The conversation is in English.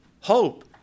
hope